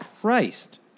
Christ